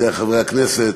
ידידי חברי הכנסת,